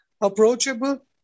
approachable